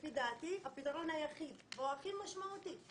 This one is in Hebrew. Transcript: לפי דעתי הפתרון היחיד והוא הכי משמעותי,